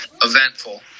eventful